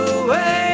away